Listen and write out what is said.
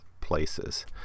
places